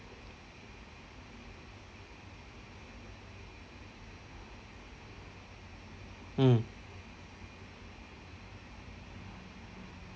mm